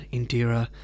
Indira